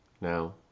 now